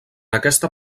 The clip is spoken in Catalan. aquesta